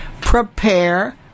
Prepare